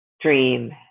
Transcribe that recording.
dream